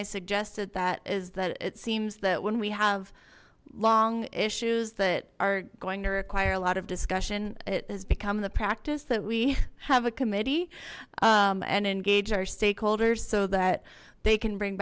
i suggested that is that it seems that when we have long issues that are going to require a lot of discussion it has become the practice that we have a committee and engaged our stakeholders so that they can bring